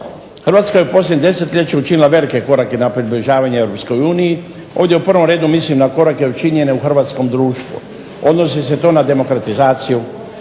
Hrvatska je u posljednjem desetljeću učinila velike korake za približavanje EU. Ovdje u prvom redu mislim na korake učinjene u hrvatskom društvu. Odnosi se to na demokratizaciju,